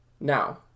now